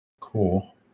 cool